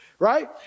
Right